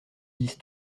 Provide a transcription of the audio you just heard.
dix